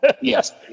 Yes